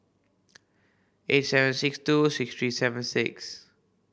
eight seven six two six three seven six